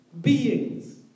beings